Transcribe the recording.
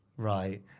Right